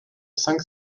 cinq